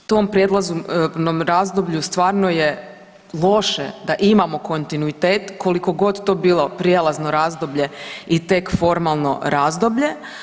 U tom prijelaznom razdoblju stvarno je loše da imamo kontinuitet koliko god to bilo prijelazno razdoblje i tek formalno razdoblje.